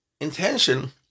intention